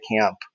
camp